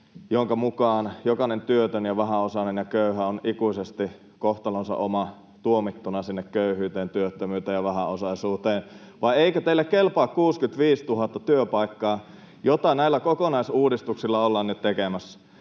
jonka mukaan jokainen työtön ja vähäosainen ja köyhä on ikuisesti kohtalonsa oma, tuomittuna sinne köyhyyteen, työttömyyteen ja vähäosaisuuteen. [Anna Kontula: Oikeistolainen ihmiskuva!] Vai eikö teille kelpaa 65 000 työpaikkaa, joita näillä kokonaisuudistuksilla ollaan nyt tekemässä?